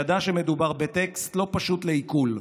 ידע שמדובר בטקסט לא פשוט לעיכול,